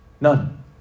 none